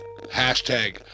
hashtag